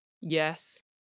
yes